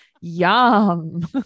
yum